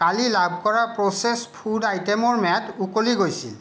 কালি লাভ কৰা processed food আইটেমৰ ম্যাদ উকলি গৈছিল